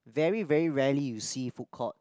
very very rarely you see food court